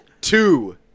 Two